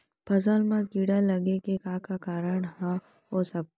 फसल म कीड़ा लगे के का का कारण ह हो सकथे?